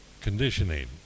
conditioning